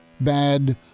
bad